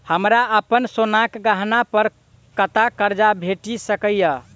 हमरा अप्पन सोनाक गहना पड़ कतऽ करजा भेटि सकैये?